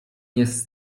jest